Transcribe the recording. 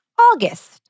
August